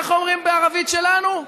איך אומרים בערבית "שלנו"?